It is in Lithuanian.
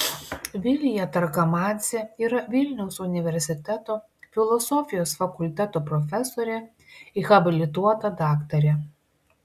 vilija targamadzė yra vilniaus universiteto filosofijos fakulteto profesorė habilituota daktarė